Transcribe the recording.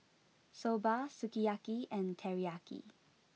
Soba Sukiyaki and Teriyaki